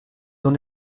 dans